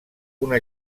una